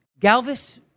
Galvis